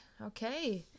Okay